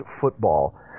football